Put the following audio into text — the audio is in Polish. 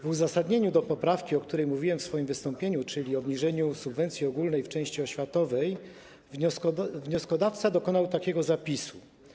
W uzasadnieniu poprawki, o której mówiłem w swoim wystąpieniu, czyli dotyczącej obniżenia subwencji ogólnej w części oświatowej, wnioskodawca dokonał takiego zapisu.